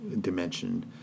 dimension